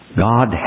God